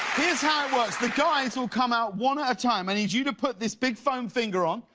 here's how it works, the guys will come out one at a time. i need you to put this big foam finger on.